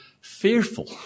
fearful